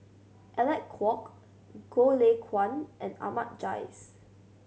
Alec Kuok Goh Lay Kuan and Ahmad Jais